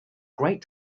great